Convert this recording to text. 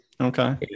Okay